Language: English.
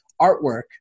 artwork